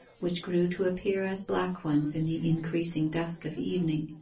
which grew to appear as black ones in the increasing dusk of evening.